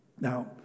Now